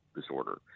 disorder